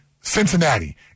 Cincinnati